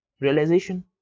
realization